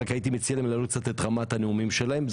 רק הייתי מציע להם להעלות את רמת הנאומים שלהם,